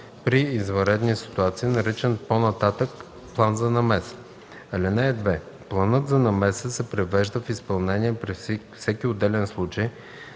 при извънредни ситуации, наричан по-нататък „План за намеса”. (2) Планът за намеса се привежда в изпълнение при всеки отделен случай